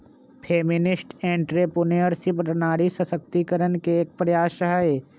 feminist entrepreneurship नारी सशक्तिकरण के एक प्रयास हई